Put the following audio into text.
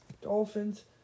Dolphins